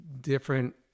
different